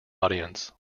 audience